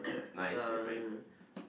nice my friend